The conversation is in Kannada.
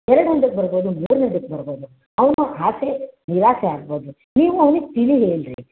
ಎರಡನೇದಕ್ ಬರ್ಬೋದು ಮೂರನೇದಕ್ ಬರ್ಬೋದು ಅವನ ಆಸೆ ನಿರಾಸೆ ಆಗ್ಬೋದು ನೀವು ಅವ್ನಿಗೆ ತಿಳಿ ಹೇಳಿ ರೀ